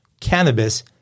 cannabis